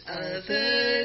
other's